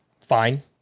fine